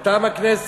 מטעם הכנסת.